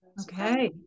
Okay